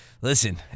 Listen